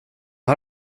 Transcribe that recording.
har